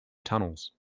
tunnels